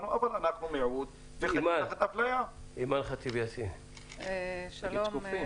אימאן ח'טיב יאסין, בבקשה.